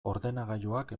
ordenagailuak